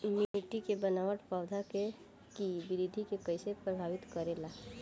मिट्टी के बनावट पौधों की वृद्धि के कईसे प्रभावित करेला?